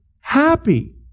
happy